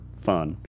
fun